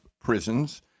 prisons